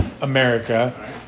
America